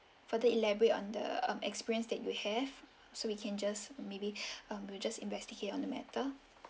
further elaborate on the um experience that you have so we can just maybe um we just investigate on the matter